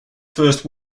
first